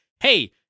hey